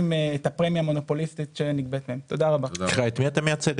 שרת הכלכלה שפנו לרשות לתחרות,